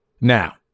Now